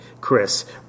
Chris